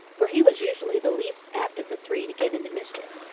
for he was usually the least apt of the three to get into mischief.